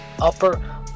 upper